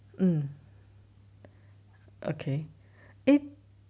mm okay eh